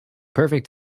perfect